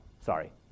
sorry